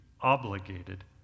obligated